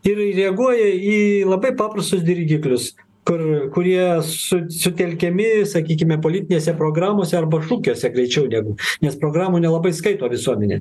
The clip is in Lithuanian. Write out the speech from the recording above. ir reaguoja į labai paprastus dirgiklius kur kurie su sutelkiami sakykime politinėse programose arba šūkiuose greičiau negu nes programų nelabai skaito visuomenė